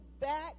back